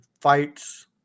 fights